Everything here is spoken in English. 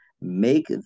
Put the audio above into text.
Make